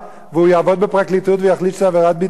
ויעבוד בפרקליטות ויחליט שזו עבירת ביטחון,